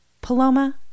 Paloma